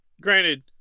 granted